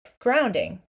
grounding